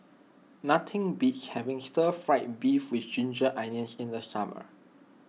nothing beats having Stir Fry Beef with Ginger Onions in the summer